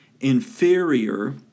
inferior